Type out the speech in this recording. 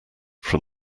from